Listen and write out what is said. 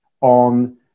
on